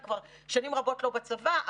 אני כבר שנים רבות לא בצבא,